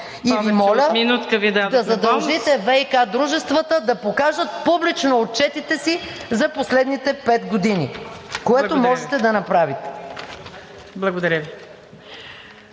И Ви моля да задължите ВиК дружествата да покажат публично отчетите си за последните пет години, което можете да направите. ПРЕДСЕДАТЕЛ